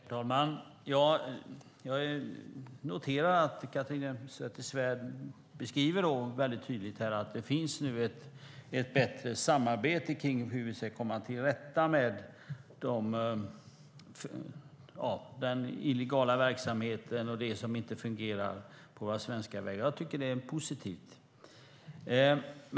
Herr talman! Jag noterar att Catharina Elmsäter-Svärd tydligt beskriver att det nu finns ett bättre samarbete kring hur vi ska komma till rätta med den illegala verksamheten och det som inte fungerar på våra svenska vägar. Jag tycker att det är positivt.